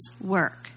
work